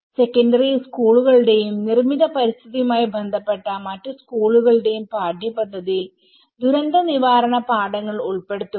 secondary സ്കൂളുകളുടെയും നിർമ്മിത പരിസ്ഥിതിയുമായി ബന്ധപ്പെട്ട മറ്റ് സ്കൂളുകളുടെയും പാഠ്യപദ്ധതിയിൽ ദുരന്തനിവാരണ പാഠങ്ങൾ ഉൾപ്പെടുത്തുക